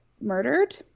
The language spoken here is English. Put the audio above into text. murdered